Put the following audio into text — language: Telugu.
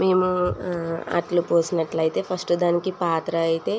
మేము అట్లు పోసినట్లయితే ఫస్టు దానికి పాత్ర అయితే